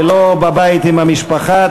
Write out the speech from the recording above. ולא בבית עם המשפחה,